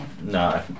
No